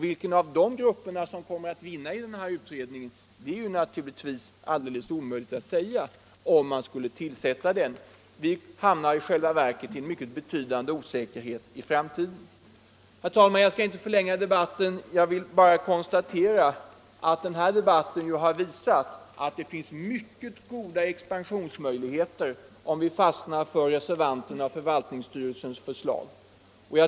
Vilken av de grupperna som kommer att vinna i en eventuell utredning är omöjligt att säga. Vi får i själva verket en mycket betydande osäkerhet i fråga om framtiden. Herr talman! Jag skall inte förlänga diskussionen; jag vill bara konstatera att den här debatten har visat att det finns goda expansionsmöjligheter i reservanternas och förvaltningsstyrelsens förslag.